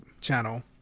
channel